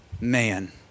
man